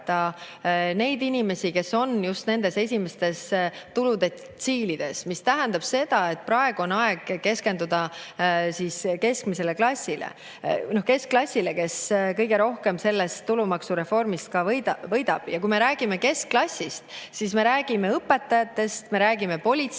neid inimesi, kes on just nendes esimestes tuludetsiilides. See tähendab seda, et praegu on aeg keskenduda keskklassile, kes kõige rohkem sellest tulumaksureformist ka võidab. Kui me räägime keskklassist, siis me räägime õpetajatest, me räägime politseinikest,